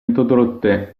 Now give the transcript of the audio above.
introdotte